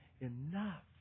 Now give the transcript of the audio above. enough